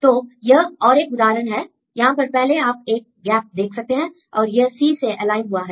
तो यह और एक उदाहरण है यहां पर पहले आप एक गैप देखते हैं और यह C से एलाइन हुआ है